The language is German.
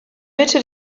mitte